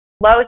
low